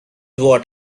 what